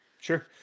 sure